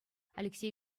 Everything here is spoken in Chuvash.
алексей